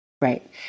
right